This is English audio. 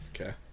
Okay